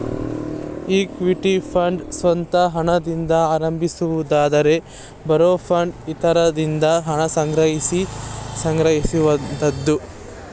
equity fund ಸ್ವಂತ ಹಣದಿಂದ ಆರಂಭಿಸುವುದಾದರೆ ಬಾರೋ ಫಂಡ್ ಇತರರಿಂದ ಹಣ ಸಂಗ್ರಹಿಸಿ ಸಂಗ್ರಹಿಸುವಂತದ್ದು